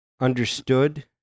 understood